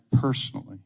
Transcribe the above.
personally